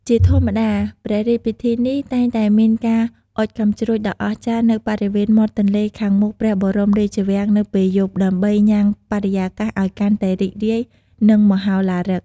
ជាធម្មតា ព្រះរាជពិធីនេះតែងតែមានការអុជកាំជ្រួចដ៏អស្ចារ្យនៅបរិវេណមាត់ទន្លេខាងមុខព្រះបរមរាជវាំងនៅពេលយប់ ដើម្បីញ៉ាំងបរិយាកាសឱ្យកាន់តែរីករាយ និងមហោឡារិក។